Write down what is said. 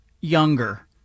younger